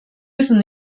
wissen